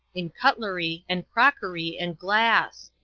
in cutlery, and crockery, and glass.